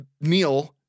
Neil